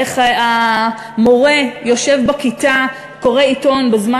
איך המורה יושב בכיתה וקורא עיתון בזמן